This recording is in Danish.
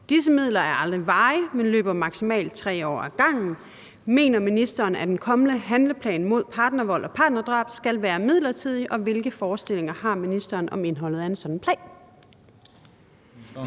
disse midler er aldrig varige, men løber maksimalt 3 år ad gangen, mener ministeren, at en kommende handleplan mod partnervold og partnerdrab skal være midlertidig, og hvilke forestillinger har ministeren om indholdet af en sådan plan?